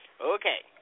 Okay